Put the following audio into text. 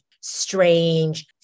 strange